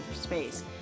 space